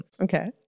Okay